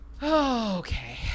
Okay